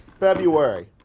february,